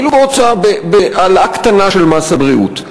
אפילו העלאה קטנה של מס הבריאות,